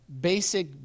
basic